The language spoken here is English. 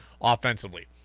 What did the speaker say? offensively